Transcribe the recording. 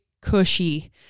cushy